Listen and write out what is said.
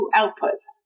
outputs